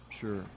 Sure